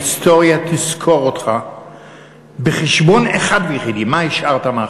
ההיסטוריה תזכור אותך בחשבון אחד ויחידי: מה השארת אחריך.